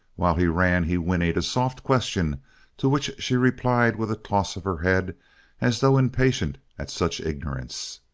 while he ran he whinnied a soft question to which she replied with a toss of her head as though impatient at such ignorance.